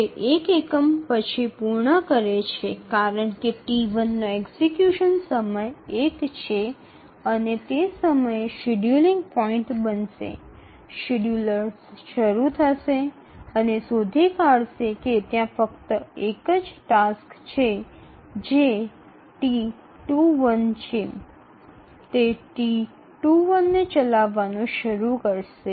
તે એક એકમ પછી પૂર્ણ કરે છે કારણ કે T 1 નો એક્ઝેક્યુશન સમય ૧ છે અને તે સમયે એક શેડ્યૂલિંગ પોઇન્ટ બનશે અને શેડ્યૂલર શરૂ થશે અને શોધી કાઢશે કે ત્યાં ફક્ત એક જ તૈયાર ટાસ્ક છે જે T21 છે તે T21 ને ચલાવવાનું શરૂ કરશે